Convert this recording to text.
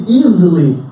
easily